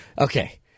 Okay